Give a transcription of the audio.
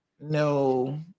no